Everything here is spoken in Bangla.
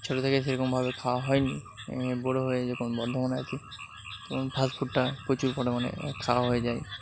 ছোটো থেকেই সেরমভাবে খাওয়া হয় নি বড়ো হয়ে যখন বর্ধমানে আছি তখন ফাস্ট ফুডটা প্রচুর পরিমাণে খাওয়া হয়ে যায়